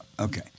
Okay